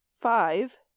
five